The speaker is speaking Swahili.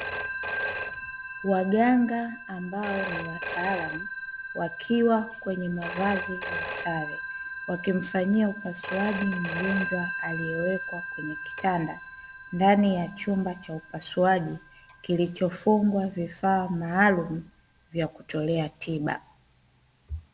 Waganga ambao ni wataalamu wakiwa kwenye mavazi ya sare, wakimfanyia upasuaji mgonjwa aliyewekwa kwenye kitanda ndani ya chumba cha upasuaji, kilichofungwa vifaa maalumu vya kutolea tiba.